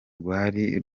rwari